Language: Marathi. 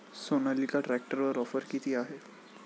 सोनालिका ट्रॅक्टरवर ऑफर किती आहे?